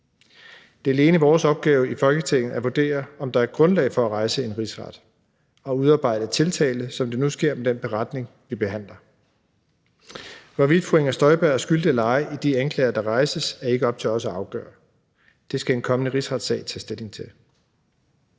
Det er alene vores opgave i Folketinget at vurdere, om der er grundlag for at rejse en rigsretssag og udarbejde tiltale, som det nu sker med det beslutningsforslag, vi behandler. Hvorvidt fru Inger Støjberg er skyldig eller ej i de anklager, der rejses, er ikke op til os at afgøre. Det skal en kommende rigsretssag tage stilling til.